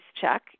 check